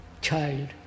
child